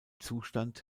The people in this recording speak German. zustand